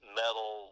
metal